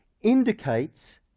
indicates